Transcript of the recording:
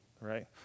right